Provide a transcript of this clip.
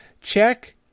check